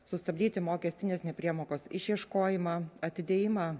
sustabdyti mokestinės nepriemokos išieškojimą atidėjimą